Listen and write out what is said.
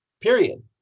period